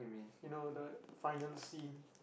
you know the final scene